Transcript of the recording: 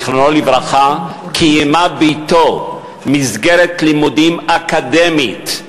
זיכרונו לברכה, קיימה בתו מסגרת לימודים אקדמית,